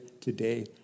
today